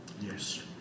Yes